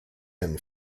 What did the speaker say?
him